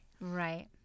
right